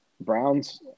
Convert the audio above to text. Browns